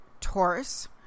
Taurus